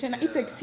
ya